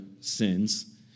sins